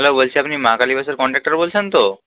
hello বলছি আপনি মা কালী বাসের কন্ডাকটার বলছেন তো